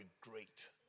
great